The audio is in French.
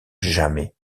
jamais